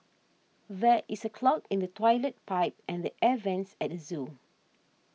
there is a clog in the Toilet Pipe and the Air Vents at the zoo